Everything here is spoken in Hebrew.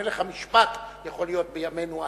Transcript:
מלך המשפט יכול להיות בימינו אנו.